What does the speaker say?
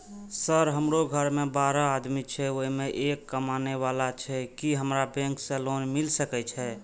Sir हमरो घर में बारह आदमी छे उसमें एक कमाने वाला छे की हमरा बैंक से लोन मिल सके छे?